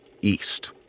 east